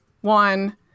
one